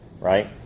right